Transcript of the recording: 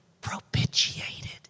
propitiated